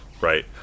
right